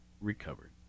recovered